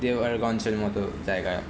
দেওয়ানগঞ্জের মতো জায়গা